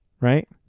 right